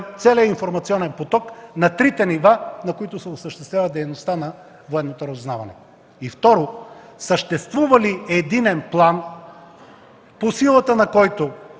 целия информационен поток на трите нива, на които се осъществява дейността по военното разузнаване? И второ, съществува ли единен план, по силата на който